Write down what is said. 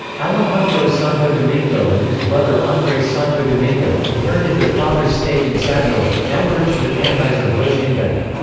alejandro santo domingo and his brother andres santo domingo inherited their fathers stake in sabmiller, now merged with anheuser-busch inbev.